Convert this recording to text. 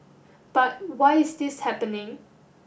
but why is this happening